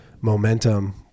momentum